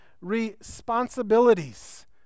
responsibilities